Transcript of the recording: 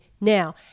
now